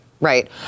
Right